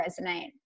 resonate